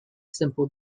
simple